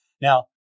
now